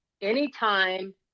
anytime